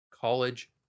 College